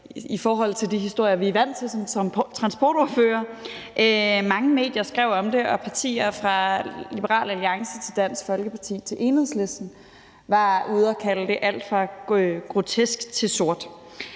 i forhold til de historier, vi er vant til som transportordførere. Mange medier skrev om det, og partier fra Liberal Alliance og Dansk Folkeparti til Enhedslisten var ude at kalde det alt fra grotesk til sort.